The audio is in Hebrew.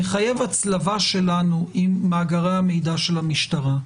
מחייב הצלבה שלנו עם מאגרי המידע של המשטרה.